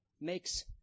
makes